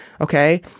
Okay